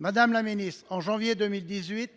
de la presse